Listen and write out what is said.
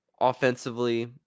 Offensively